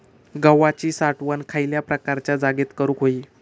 गव्हाची साठवण खयल्या प्रकारच्या जागेत करू होई?